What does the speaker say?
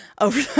over